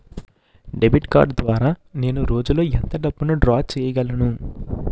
Debit card ద్వారా నేను రోజు లో ఎంత డబ్బును డ్రా చేయగలను?